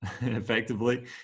effectively